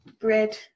Bread